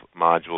modules